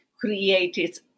created